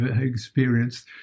experienced